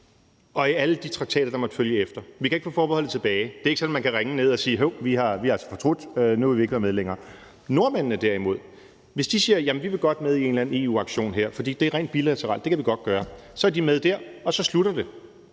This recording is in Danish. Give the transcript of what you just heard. og i alle de traktater, der måtte følge efter. Vi kan ikke få forbeholdet tilbage, og det er ikke sådan, at vi kan ringe ned til EU og sige: Hov, vi har altså fortrudt, nu vil vi ikke være med længere. Hvis nordmændene derimod siger, at de godt vil med en eller anden EU-aktion, fordi det er rent bilateralt, så kan de godt gøre det. Så er de med der, og så slutter det.